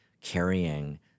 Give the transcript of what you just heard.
carrying